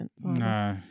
No